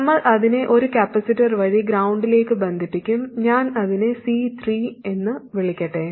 നമ്മൾ അതിനെ ഒരു കപ്പാസിറ്റർ വഴി ഗ്രൌണ്ടിലേക്ക് ബന്ധിപ്പിക്കും ഞാൻ അതിനെ C3 എന്ന് വിളിക്കട്ടെ